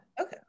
okay